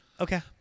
Okay